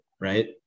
right